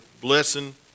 blessing